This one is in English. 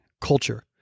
culture